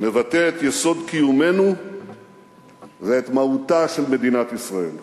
מבטא את יסוד קיומנו ואת מהותה של מדינת ישראל.